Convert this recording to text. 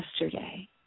yesterday